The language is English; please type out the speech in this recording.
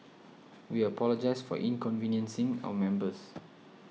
we apologise for inconveniencing our members